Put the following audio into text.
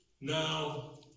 now